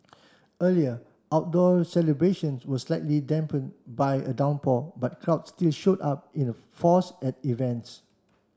earlier outdoor celebrations were slightly dampen by a downpour but crowds still showed up in a force at events